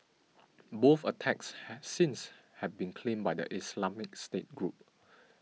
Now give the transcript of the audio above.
both attacks have since have been claimed by the Islamic State group